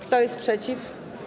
Kto jest przeciw?